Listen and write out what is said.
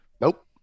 Nope